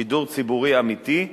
שידור ציבורי אמיתי,